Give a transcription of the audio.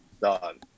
done